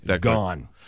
gone